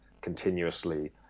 continuously